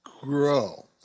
grow